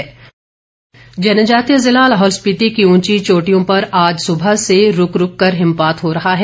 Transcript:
मौसम जनजातीय जिला लाहौल स्पीति की उंची चोटियों पर आज सुबह से रूक रूक कर हिमपात हो रहा है